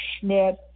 Schmidt